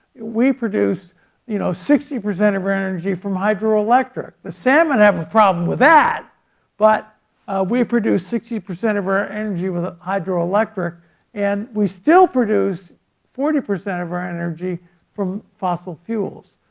we produce you know sixty percent of our energy from hydroelectric but salmon have a problem with that but we produce sixty percent of our energy with ah hydroelectric and we still produce forty percent of our energy from fossil fuels,